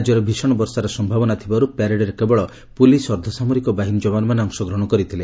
ରାଜ୍ୟରେ ଭୀଷଣ ବର୍ଷାର ସମ୍ଭାବନା ଥିବାରୁ ପ୍ୟାରେଡ୍ରେ କେବଳ ପୁଲିସ୍ ଅର୍ଦ୍ଧସାମରିକ ବାହିନୀ ଯବାନମାନେ ଅଂଶଗ୍ରହଣ କରିଥିଲେ